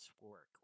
work